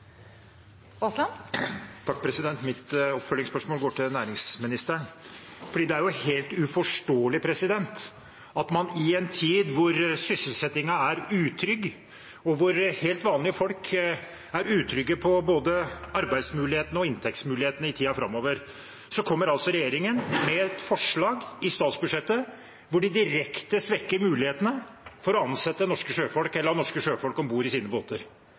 Mitt oppfølgingsspørsmål går til næringsministeren. Det er helt uforståelig at regjeringen – i en tid hvor sysselsettingen er utrygg, hvor helt vanlige folk er utrygge på både arbeidsmulighetene og inntektsmulighetene i tiden framover – kommer med et forslag i statsbudsjettet hvor de direkte svekker mulighetene for å ansette norske sjøfolk eller å ha norske sjøfolk om bord i sine båter.